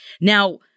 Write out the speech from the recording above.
Now